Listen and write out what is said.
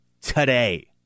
today